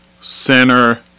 center